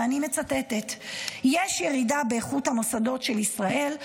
ואני מצטטת: יש ירידה באיכות המוסדות של ישראל,